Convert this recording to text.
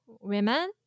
women